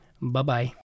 Bye-bye